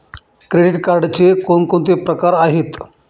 Credit कार्डचे कोणकोणते प्रकार आहेत?